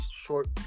short